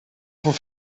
voor